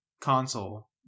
console